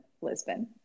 Lisbon